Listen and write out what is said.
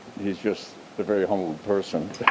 he's just a very humble person.